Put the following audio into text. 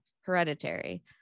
Hereditary